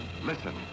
Listen